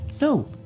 No